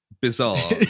bizarre